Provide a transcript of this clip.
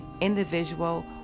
individual